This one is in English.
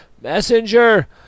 Messenger